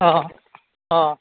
অঁ অঁ